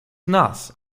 nas